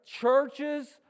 Churches